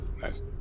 Nice